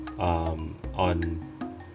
On